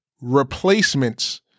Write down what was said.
replacements